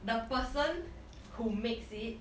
the person who makes it